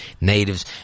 natives